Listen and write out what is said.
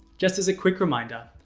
just as a quick reminder,